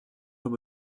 από